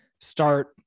start